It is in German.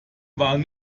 waren